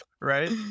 Right